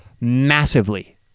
massively